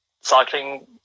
cycling